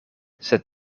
sed